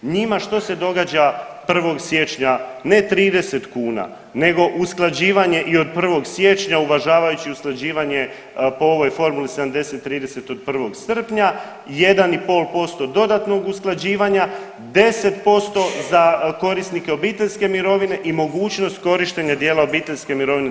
Njima što se događa 1. siječnja ne 30 kuna, nego usklađivanje i od 1. siječnja uvažavajući usklađivanje po ovoj formuli 70, 30 od 1. srpnja, 1 i pol posto dodatnog usklađivanja, 10% za korisnike obiteljske mirovine i mogućnost korištenja dijela obiteljske mirovine 27%